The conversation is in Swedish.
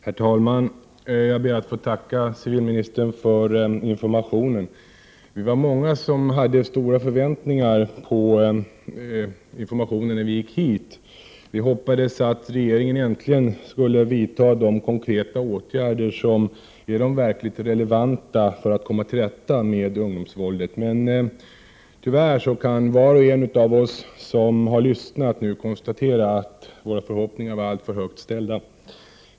Herr talman! Jag ber att få tacka civilministern, som jag vill titulera henne, för informationen. Vi var många som hade stora förväntningar när vi gick hit. Vi hoppades att regeringen äntligen skulle vidta de konkreta åtgärder som är relevanta för att verkligen komma till rätta med ungdomsvåldet. Var och en av oss som har lyssnat kan nu tyvärr konstatera att våra förhoppningar var alltför högt ställda.